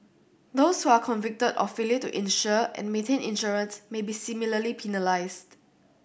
those who are convicted of failure to insure and maintain insurance may be similarly penalised